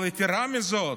יתרה מזאת,